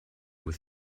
with